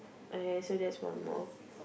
okay so that's one more